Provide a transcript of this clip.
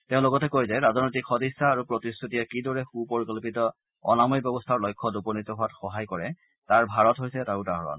তেওঁ লগতে কয় যে ৰাজনৈতিক সদিচ্ছা আৰু প্ৰতিশ্ৰুতিয়ে কিদৰে সুপৰিকল্পিত অনাময় ব্যৱস্থাৰ লক্ষ্যত উপনীত হোৱাত সহায় কৰে তাৰ ভাৰত হৈছে এটা উদাহৰণ